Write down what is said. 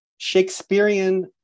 Shakespearean